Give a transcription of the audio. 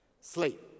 sleep